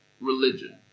religion